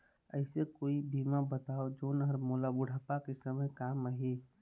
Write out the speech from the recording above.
ऐसे कोई बीमा बताव जोन हर मोला बुढ़ापा के समय काम आही?